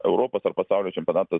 europos ar pasaulio čempionatas